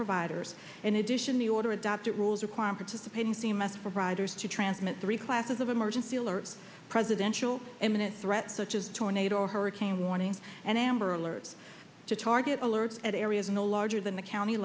providers in addition the order adopted rules require participating c m s providers to transmit three classes of emergency alert presidential imminent threat such as tornado or hurricane warning and amber alerts to target alerts at areas in the larger than the county